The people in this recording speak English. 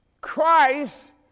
Christ